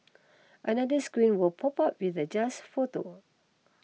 another screen will pop up with the just photo